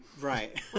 Right